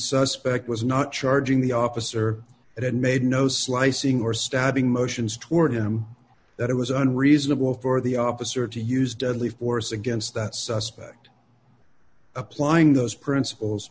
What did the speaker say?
suspect was not charging the officer that had made no slicing or stabbing motions toward him that it was unreasonable for the officer to use deadly force against that suspect applying those principles